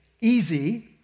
easy